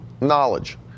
knowledge